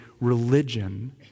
religion